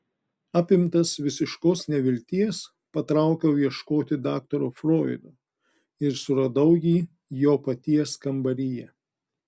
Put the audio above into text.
apimtas visiškos nevilties patraukiau ieškoti daktaro froido ir suradau jį jo paties kambaryje